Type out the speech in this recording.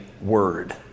word